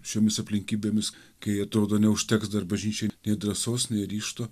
šiomis aplinkybėmis kai atrodo neužteks dar bažnyčiai nei drąsos nei ryžto